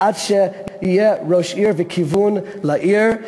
עד שיהיה ראש עיר וכיוון לעיר.